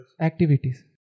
activities